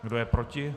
Kdo je proti?